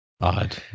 odd